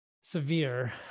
severe